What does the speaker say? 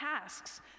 tasks